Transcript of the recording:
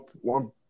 one